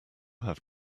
have